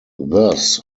thus